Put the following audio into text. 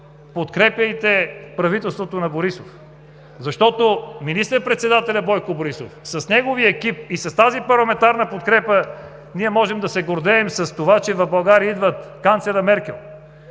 подкрепяйте правителството на Борисов, защото министър-председателят Бойко Борисов с неговия екип и с тази парламентарна подкрепа… Ние можем да се гордеем с това, че в България идват канцлерът Меркел,